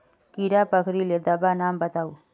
कीड़ा पकरिले दाबा नाम बाताउ?